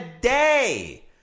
day